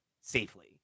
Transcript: safely